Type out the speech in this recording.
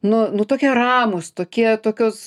nu nu tokie ramūs tokie tokios